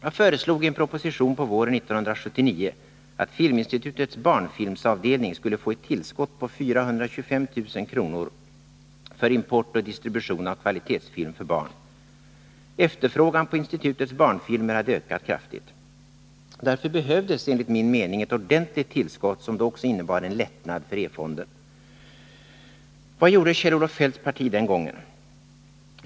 Jag föreslogi en proposition på våren 1979 att Filminstitutets barnfilmsavdelning skulle få ett tillskott på 425000 kr. för import och distribution av kvalitetsfilmer för barn. Efterfrågan på institutets barnfilmer hade ökat kraftigt. Därför behövdes, enligt min mening, ett ordentligt tillskott som då också skulle ha inneburit en lättnad för E-fonden. Vad gjorde Kjell-Olof Feldts parti den gången?